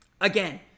Again